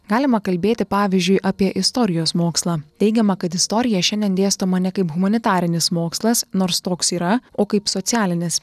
galima kalbėti pavyzdžiui apie istorijos mokslą teigiama kad istorija šiandien dėstoma ne kaip humanitarinis mokslas nors toks yra o kaip socialinis